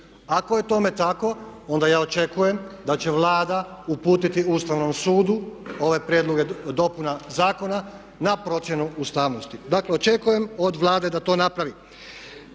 Ako je tome tako onda ja očekujem da će Vlada uputiti Ustavnom sudu ove prijedloge dopuna zakona na procjenu ustavnosti. Dakle, očekujem od Vlade da to napravi.